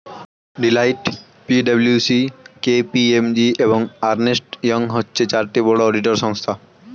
Deloitte, P W C, K P M G, এবং Ernst Young হচ্ছে চারটি বড় অডিটর সংস্থা